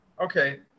Okay